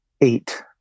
eight